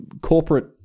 corporate